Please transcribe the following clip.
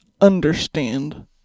understand